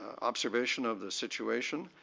observation of the situation.